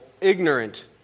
ignorant